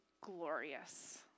glorious